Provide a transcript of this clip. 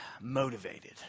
motivated